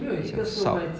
也是很少